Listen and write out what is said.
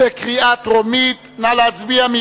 קריאה טרומית, נא להצביע.